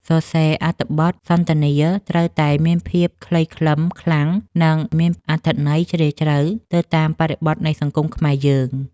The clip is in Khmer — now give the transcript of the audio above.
សរសេរអត្ថបទសន្ទនាត្រូវតែមានភាពខ្លីខ្លឹមខ្លាំង និង មានអត្ថន័យជ្រាលជ្រៅទៅតាមបរិបទនៃសង្គមខ្មែរយើង។